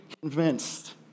convinced